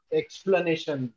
explanation